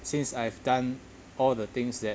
since I've done all the things that